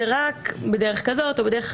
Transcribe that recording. אני לא בטוחה שזה רק באזור האישי.